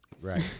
Right